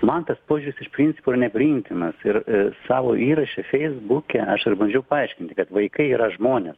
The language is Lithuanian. man tas požiūris iš principo nepriimtinas ir savo įraše feisbuke aš ir bandžiau paaiškinti kad vaikai yra žmonės